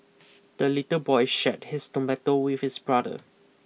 the little boy shared his tomato with his brother